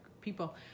people